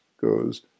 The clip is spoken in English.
goes